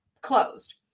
closed